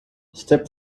step